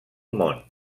món